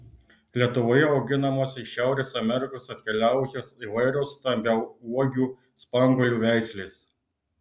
lietuvoje auginamos iš šiaurės amerikos atkeliavusios įvairios stambiauogių spanguolių veislės